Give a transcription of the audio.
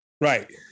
right